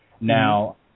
Now